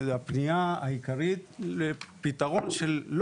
הפנייה העיקרית היא לפתרון בנתב"ג לא